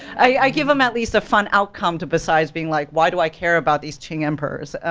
i give em at least a fun outcome to besides being like why do i care about these qing emperors?